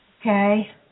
okay